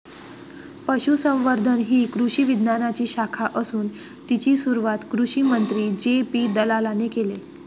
पशुसंवर्धन ही कृषी विज्ञानाची शाखा असून तिची सुरुवात कृषिमंत्री जे.पी दलालाने केले